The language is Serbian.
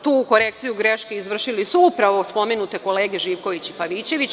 Tu korekciju greške izvršili su upravo spomenute kolege Živković i Pavićević.